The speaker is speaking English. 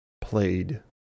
played